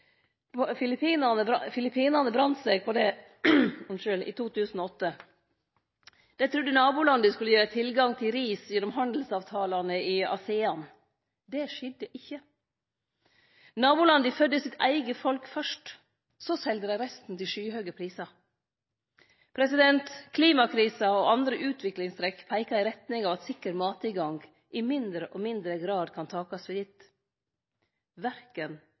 ute. Filippinane brende seg på det i 2008. Dei trudde at nabolanda skulle gi dei tilgang til ris gjennom handelsavtalane i ASEAN, den søraustasiatiske samarbeidsorganisasjonen. Det skjedde ikkje. Nabolanda fødde sitt eige folk først, så selde dei resten til skyhøge prisar. Klimakrisa og andre utviklingstrekk peikar i retning av at sikker mattilgang i mindre og mindre grad kan takast for gitt